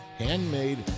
Handmade